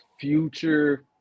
future